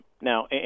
Now